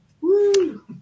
Woo